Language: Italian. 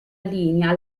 linea